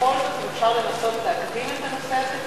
בכל זאת אם אפשר לנסות להקדים את הנושא הזה,